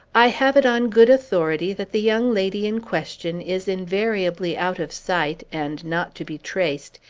i have it on good authority, that the young lady in question is invariably out of sight, and not to be traced,